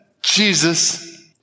Jesus